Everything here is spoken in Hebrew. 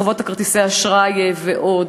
חובות לכרטיסי אשראי ועוד.